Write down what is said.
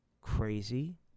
crazy